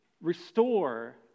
restore